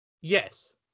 yes